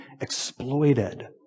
exploited